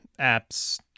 apps